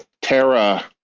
Terra